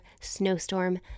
snowstorm